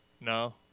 No